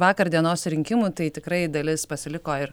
vakar dienos rinkimų tai tikrai dalis pasiliko ir